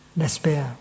despair